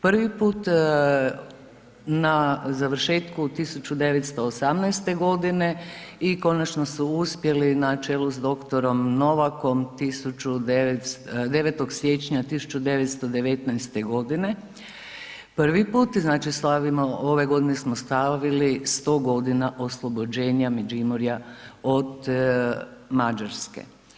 Prvi put na završetku 1918. godine i konačno su uspjeli na čelu s dr. Novakom 9. siječnja 1919. godine, prvi put i znači slavimo, ove godine smo slavili 100 godina oslobođenja Međimurja od Mađarske.